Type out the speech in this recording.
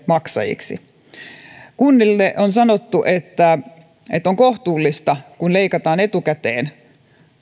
maksajiksi kunnille on sanottu että että on kohtuullista kun leikataan etukäteen